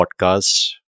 podcast